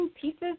pieces